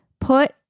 Put